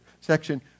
section